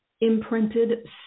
imprinted